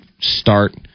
start